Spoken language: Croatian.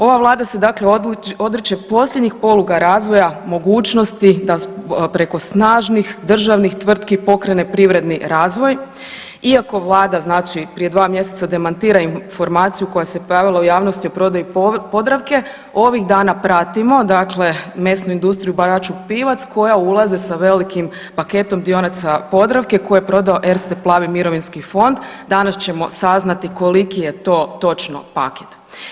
Ova Vlada se dakle odriče posljednjih poluga razvoja mogućnosti da preko snažnih državnih tvrtki pokrene privredni razvoj iako Vlada znači prije 2 mjeseca demantira informaciju koja se pojavila u javnosti o prodaju Podravke, ovih dana pratimo dakle mesnu industriju Braću Pivac koja ulaze sa velikim paketom dionica Podravke koje je prodao Erste plavi mirovinski fond, danas ćemo saznati koliki je to točno paket.